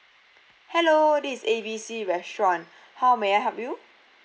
hello this is A B C restaurant how may I help you